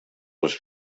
les